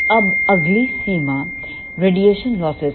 अब अगली सीमा रेडिएशन लॉसेस है